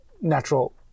natural